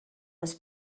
was